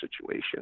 situation